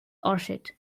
orchid